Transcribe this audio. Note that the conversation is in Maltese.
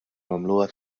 nagħmluha